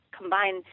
combine